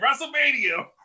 WrestleMania